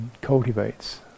cultivates